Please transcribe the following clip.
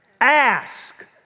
Ask